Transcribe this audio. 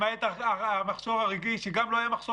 למעט המחסור הרגיל שגם לא היה מחסור